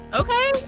okay